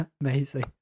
amazing